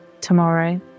tomorrow